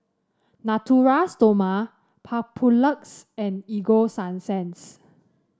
Natura Stoma Papulex and Ego Sunsense